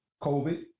COVID